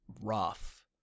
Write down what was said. rough